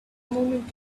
moment